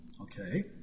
Okay